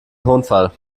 tonfall